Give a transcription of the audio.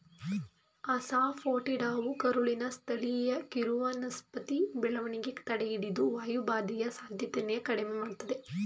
ಅಸಾಫೋಟಿಡಾವು ಕರುಳಿನ ಸ್ಥಳೀಯ ಕಿರುವನಸ್ಪತಿ ಬೆಳವಣಿಗೆ ತಡೆಹಿಡಿದು ವಾಯುಬಾಧೆಯ ಸಾಧ್ಯತೆನ ಕಡಿಮೆ ಮಾಡ್ತದೆ